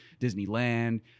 disneyland